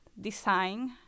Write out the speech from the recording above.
design